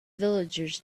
villagers